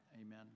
Amen